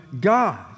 God